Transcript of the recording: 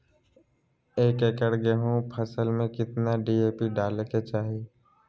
एक एकड़ गेहूं के फसल में कितना डी.ए.पी डाले के चाहि?